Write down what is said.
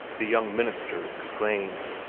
the young minister exclaimed,